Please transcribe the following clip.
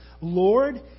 Lord